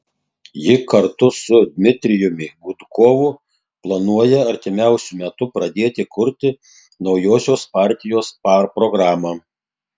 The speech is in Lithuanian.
ji kartu su dmitrijumi gudkovu planuoja artimiausiu metu pradėti kurti naujosios partijos programą